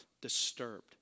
disturbed